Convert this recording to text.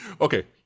okay